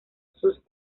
sus